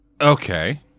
Okay